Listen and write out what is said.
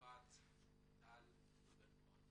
יפעת טל ונעה.